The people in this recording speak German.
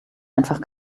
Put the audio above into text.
einfach